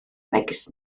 megis